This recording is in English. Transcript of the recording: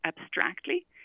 abstractly